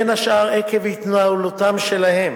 בין השאר עקב התנהלותם שלהם,